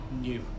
new